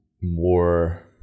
more